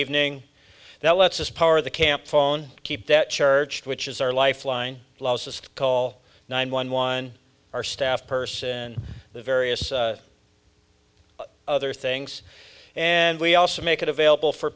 evening that lets us power the camp phone keep that church which is our lifeline allows us to call nine one one our staff person the various other things and we also make it available for